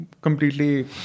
completely